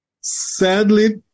sadly